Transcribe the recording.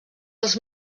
els